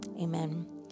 Amen